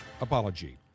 apology